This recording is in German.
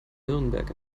nürnberg